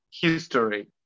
history